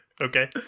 Okay